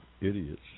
idiots